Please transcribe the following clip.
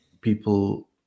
people